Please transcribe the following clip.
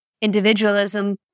individualism